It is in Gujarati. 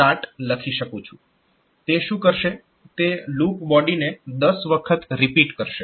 તે શું કરશે તે લૂપ બોડીને 10 વખત રિપીટ કરશે